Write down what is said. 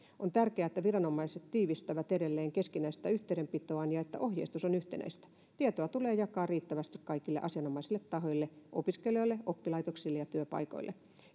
on tärkeää että viranomaiset tiivistävät edelleen keskinäistä yhteydenpitoaan ja että ohjeistus on yhtenäistä tietoa tulee jakaa riittävästi kaikille asianomaisille tahoille opiskelijoille oppilaitoksille ja työpaikoille